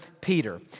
Peter